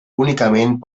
únicament